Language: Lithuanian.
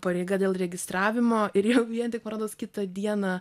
pareiga dėl registravimo ir jau vien tik manrodos kitą dieną